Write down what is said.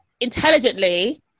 intelligently